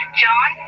john